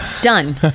done